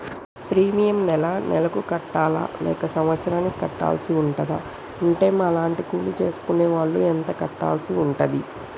Premium నెల నెలకు కట్టాలా లేక సంవత్సరానికి కట్టాల్సి ఉంటదా? ఉంటే మా లాంటి కూలి చేసుకునే వాళ్లు ఎంత కట్టాల్సి ఉంటది?